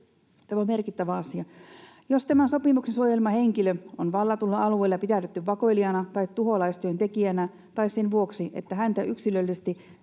Tämä on merkittävä asia. ”Jos tämän sopimuksen suojelema henkilö on vallatulla alueella pidätetty vakoilijana tai tuholaistyöntekijänä tai sen vuoksi, että häntä yksilöllisesti